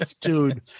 dude